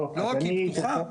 לא, כי היא פתוחה.